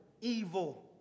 evil